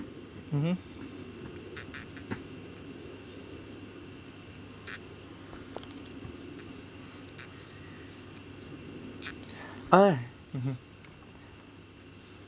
mmhmm ah mmhmm